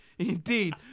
Indeed